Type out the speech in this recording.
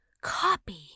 copy